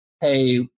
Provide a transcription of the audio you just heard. hey